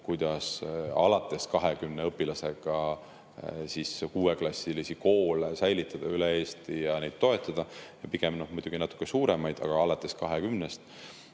kuidas alates 20 õpilasega kuueklassilisi koole säilitada üle Eesti ja neid toetada – pigem natuke suuremaid, aga alates 20-st